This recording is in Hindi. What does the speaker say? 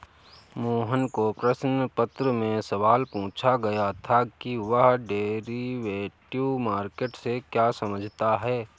मोहन को प्रश्न पत्र में सवाल पूछा गया था कि वह डेरिवेटिव मार्केट से क्या समझता है?